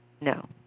No